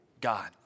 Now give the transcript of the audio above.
God